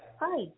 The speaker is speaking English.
Hi